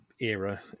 era